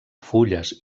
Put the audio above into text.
fulles